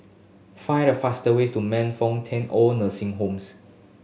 find the fastest way to Man Fut Tong Old Nursing Homes